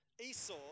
Esau